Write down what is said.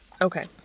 Okay